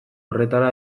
horretara